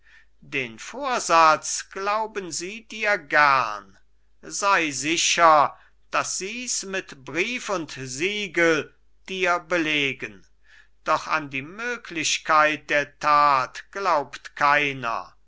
den vorsatz glauben sie dir gern sei sicher daß sies mit brief und siegel dir belegen doch an die möglichkeit der tat glaubt keiner